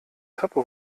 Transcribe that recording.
treppe